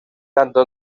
tanto